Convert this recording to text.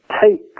take